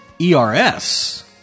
ERS